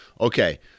Okay